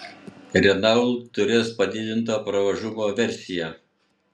renault turės padidinto pravažumo versiją